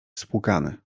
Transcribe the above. spłukany